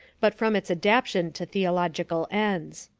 but from its adaptation to theological ends.